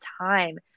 time